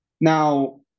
Now